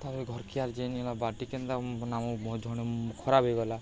ତାପରେ ଘରକିଆର ଜେନ୍ଲା ବାଟି କେନ୍ତା ନାମ ବହୁତ ଜଣେ ଖରାପ ହୋଇଗଲା